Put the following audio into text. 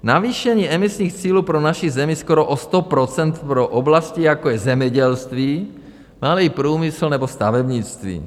Navýšení emisních cílů pro naši zemi skoro o 100 %, pro oblasti, jako je zemědělství, ale i průmysl nebo stavebnictví.